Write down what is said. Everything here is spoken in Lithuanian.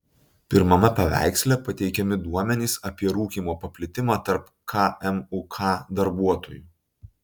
pirmame paveiksle pateikiami duomenys apie rūkymo paplitimą tarp kmuk darbuotojų